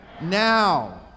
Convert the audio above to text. Now